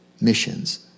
missions